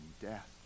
death